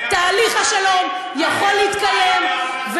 תהליך השלום יוכל להתקיים,